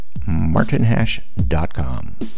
martinhash.com